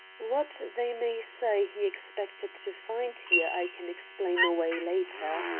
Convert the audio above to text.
what they may say he expected to find here, i can explain away later.